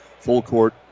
full-court